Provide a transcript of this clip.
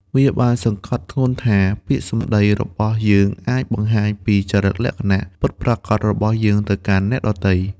វាបានសង្កត់ធ្ងន់ថា ពាក្យសម្ដីរបស់យើងអាចបង្ហាញពីចរិតលក្ខណៈពិតប្រាកដរបស់យើងទៅកាន់អ្នកដទៃ។